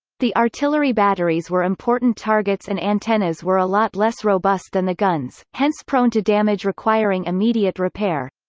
the artillery batteries were important targets and antennas were a lot less robust than the guns, hence prone to damage requiring immediate repair.